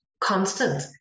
Constant